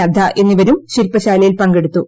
നദ്ദ എന്നിവരും ശില്പശാലയിൽ പങ്കെടുത്തു